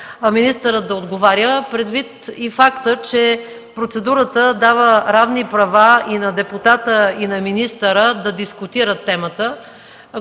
министърът да отговаря, предвид и факта, че процедурата дава равни права и на депутата, и на министъра, да дискутират темата.